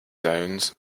zones